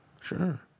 sure